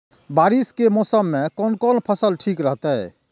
बारिश के मौसम में कोन कोन फसल ठीक रहते?